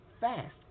fast